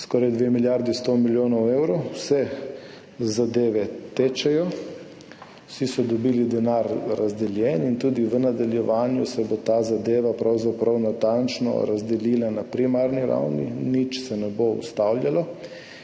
skoraj 2 milijardi 100 milijonov evrov tečejo, vsi so dobili denar in tudi v nadaljevanju se bo ta zadeva pravzaprav natančno razdelila na primarni ravni. Nič se ne bo ustavljalo.